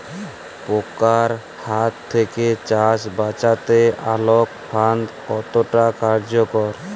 পোকার হাত থেকে চাষ বাচাতে আলোক ফাঁদ কতটা কার্যকর?